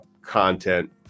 content